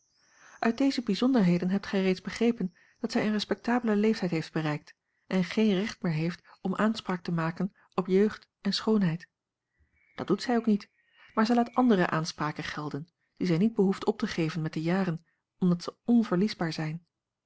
uit deze bijzonderheden hebt gij reeds begrepen dat zij een respectabelen leeftijd heeft bereikt en geen recht meer heeft om aanspraak te maken op jeugd en schoonheid dat doet zij ook niet maar zij laat andere aanspraken gelden die zij niet behoeft op te geven met de jaren omdat ze onverliesbaar zijn